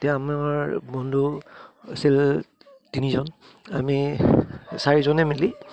এতিয়া আমাৰ বন্ধু আছিল তিনিজন আমি চাৰিজনে মিলি